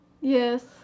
Yes